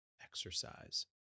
exercise